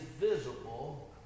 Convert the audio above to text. visible